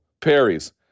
Perry's